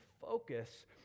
focus